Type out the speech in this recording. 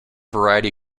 variety